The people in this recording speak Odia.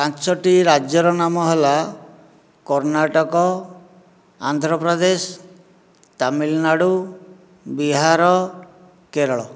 ପାଞ୍ଚୋଟି ରାଜ୍ୟର ନାମ ହେଲା କର୍ଣ୍ଣାଟକ ଆନ୍ଧ୍ରପ୍ରଦେଶ ତାମିଲନାଡ଼ୁ ବିହାର କେରଳ